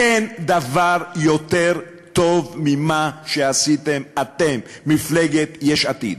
אין דבר יותר טוב ממה שעשיתם אתם, מפלגת יש עתיד.